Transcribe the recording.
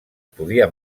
podia